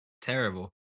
Terrible